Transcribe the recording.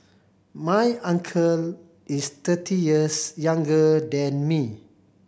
my uncle is thirty years younger than me